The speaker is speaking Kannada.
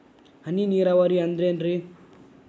ಹನಿ ನೇರಾವರಿ ಅಂದ್ರೇನ್ರೇ?